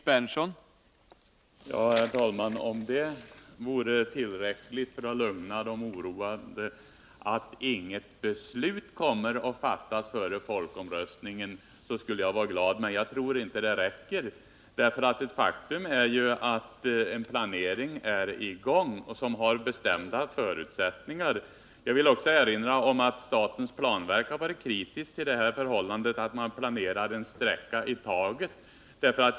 Herr talman! Om det vore tillräckligt för att lugna de oroade, att inget beslut kommer att fattas före folkomröstningen, skulle jag vara glad. Men jag tror inte att det räcker. Ett faktum är att en planering med bestämda Nr 53 förutsättningar pågår. Fredagen den Statens planverk har varit kritiskt till det förhållandet att man planerar en — 14 december 1979 sträcka i taget.